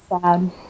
sad